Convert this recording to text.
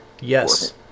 Yes